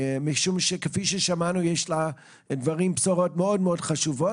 משום שכפי ששמענו יש לה בשורות מאוד חשובות